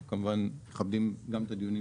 אנחנו כמובן מכבדים גם את הדיונים